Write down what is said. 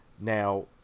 now